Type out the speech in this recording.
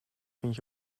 vindt